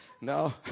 No